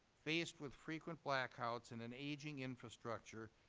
faced with frequent blackouts and an aging infrastructure,